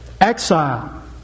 Exile